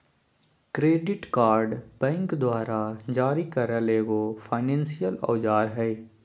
credit card bank द्वारा जारी करल एगो फायनेंसियल औजार हइ